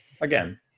Again